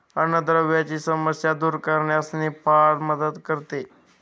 अन्नद्रव्यांची समस्या दूर करण्यास निफा मदत करते